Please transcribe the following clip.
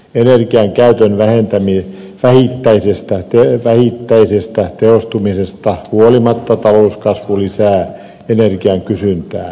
pelkän käytön vähentäminen vaan tarkistaa energiankäytön vähentämisen vähittäisestä tehostumisesta huolimatta talouskasvu lisää energian kysyntää